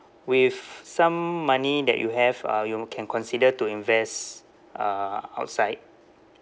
with some money that you have uh you can consider to invest uh outside